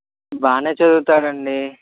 బాగా చదువుతాడు అండి